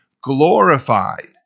glorified